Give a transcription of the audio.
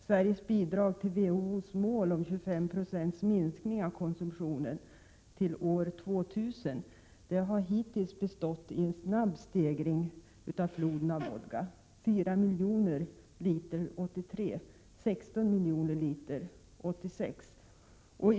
Sveriges bidrag till WHO:s mål om 25 96 minskning av konsumtionen till år 2000 har hittills bestått av en snabbt stegrad flod av vodka —4 miljoner liter 1983, 16 miljoner liter 1986.